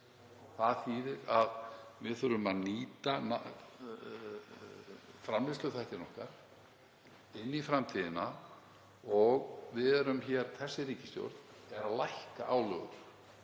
Það þýðir að við þurfum að nýta framleiðsluþættina okkar inn í framtíðina og við erum hér, þessi ríkisstjórn, að lækka álögur